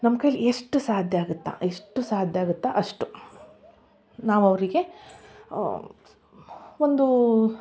ನಮ್ಮ ಕೈಯ್ಯಲ್ಲಿ ಎಷ್ಟು ಸಾಧ್ಯ ಆಗುತ್ತೆ ಎಷ್ಟು ಸಾಧ್ಯ ಆಗುತ್ತೆ ಅಷ್ಟು ನಾವು ಅವರಿಗೆ ಒಂದು